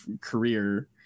career